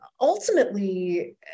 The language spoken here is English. ultimately